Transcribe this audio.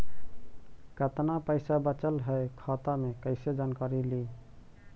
कतना पैसा बचल है खाता मे कैसे जानकारी ली?